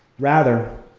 rather,